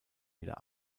wieder